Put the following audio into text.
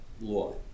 law